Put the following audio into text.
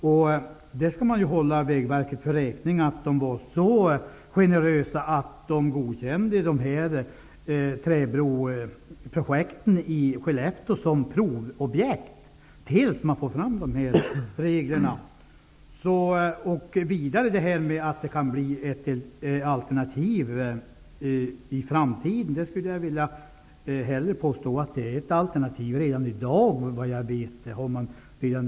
Man skall hålla Vägverket räkning för att man var generös och godkände träbroprojekten i Skellefteå som provobjekt tills man har fått fram regler. Jag skulle vilja påstå att det här är ett alternativ redan i dag, och inte bara i framtiden.